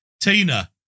Tina